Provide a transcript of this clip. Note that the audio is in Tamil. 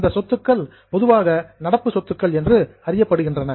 அந்த சொத்துக்கள் டிபிக்கல்லி பொதுவாக நடப்பு சொத்துக்கள் என்று அறியப்படுகின்றன